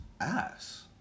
ass